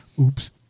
oops